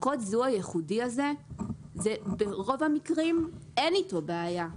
אנחנו רואים שקוד הזיהוי הייחודי הזה ברוב המקרים אין איתו בעיה.